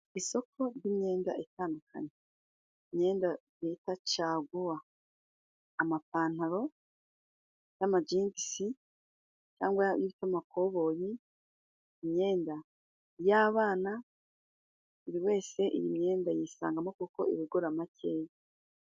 Isoko ry'imyenda itandukanye imyenda bita caguwa, amapantaro y'amagingisi cyangwa y'amakoboyi, imyenda y'abana buri wese iyi myenda ayisangamo kuko iba igura makeya.